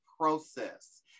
process